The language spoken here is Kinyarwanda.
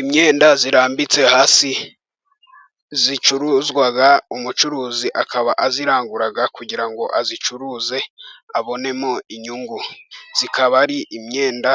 Imyenda irambitse hasi icuruzwa umucuruzi akaba ayirangura kugira ngo ayicuruze abonemo inyungu. Ikaba ari imyenda